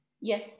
Yes